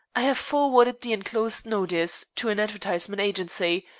i have forwarded the enclosed notice to an advertisement agency,